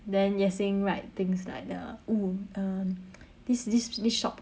then yue-xing write things like the oo uh this this this shop